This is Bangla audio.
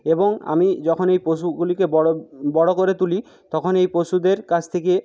এবং আমি যখন এই পশুগুলিকে বড়ো বড়ো করে তুলি তখন এই পশুদের কাছ থেকে